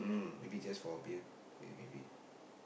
maybe just for a beer may maybe